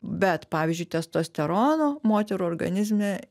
bet pavyzdžiui testosterono moterų organizme